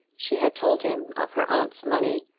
she had told him of her aunt's money,